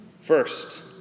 First